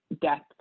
death